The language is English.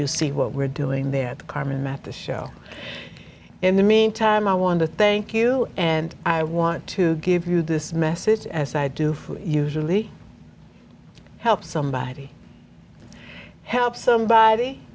you see what we're doing there carmen mathis show in the meantime i want to thank you and i want to give you this message as i do for usually help somebody help somebody